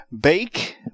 Bake